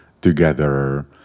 together